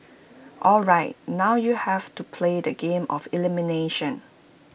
alright now you have to play the game of elimination